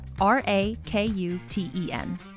R-A-K-U-T-E-N